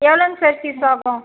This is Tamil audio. எவ்வளோங்க சார் ஃபீஸ் ஆகும்